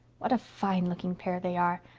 what a fine-looking pair they are,